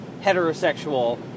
heterosexual